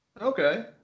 Okay